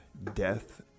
Death